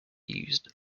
used